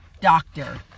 doctor